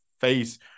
face